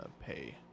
pay